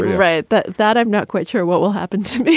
right. but that i'm not quite sure what will happen to